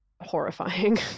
horrifying